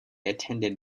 attended